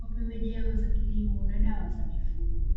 wa pembejeo za kilimo na dawa za mifugo.